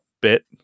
bit